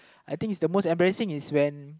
I think it's the most embarrassing is when